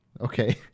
Okay